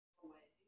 away